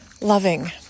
loving